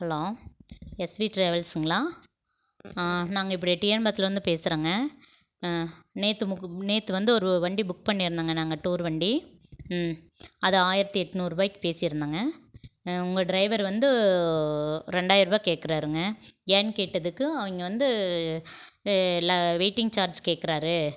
hello SV ட்ராவல்ஸுங்களா நாங்கள் இப்படி டிஎன் பாளையத்துலேருந்து பேசுகிறோங்க நேற்று நேற்று வந்து ஒரு வண்டி புக் பண்ணியிருந்தங்க நாங்கள் டூர் வண்டி ம் அது ஆயிரத்தி எட்நூறுரூபாயிக்கு பேசுயிருந்தோங்க ஆ உங்கள் டிரைவர் வந்து ரெண்டாயரூபா கேட்குறாருங்க ஏன்னு கேட்டதுக்கு அவிங்க வந்து வெயிட்டிங் சார்ஜ் கேட்குறாரு